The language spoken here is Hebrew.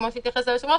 כמו שהתייחס היושב-ראש,